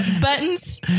buttons